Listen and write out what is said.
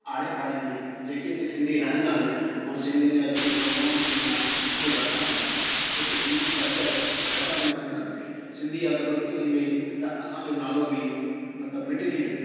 आड़े पाड़े में जेके बि सिंधी रहंदा आहिनि ऐं सिंधियुनि जा जेके प्रोग्राम थींदा आहिनि उहे वधणु खपनि छो की सिंधी कल्चर ख़तमु न थियणु खपे सिंधी अगरि लुप्तु थी वई त असांजो नालो बि मतिलबु मिटिजी वेंदो